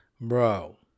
Bro